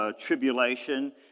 tribulation